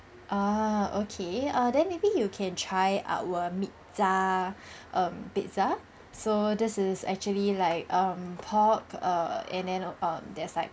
ah okay ah then maybe you can try our mixer err pizza so this is actually like um pork err and then err there's like